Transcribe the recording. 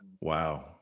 Wow